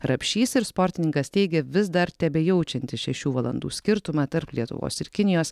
rapšys ir sportininkas teigia vis dar tebejaučiantis šešių valandų skirtumą tarp lietuvos ir kinijos